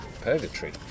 purgatory